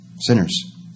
sinners